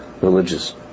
religious